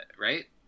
right